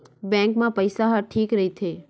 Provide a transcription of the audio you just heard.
Bank मा पईसा ह ठीक राइथे?